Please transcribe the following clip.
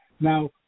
Now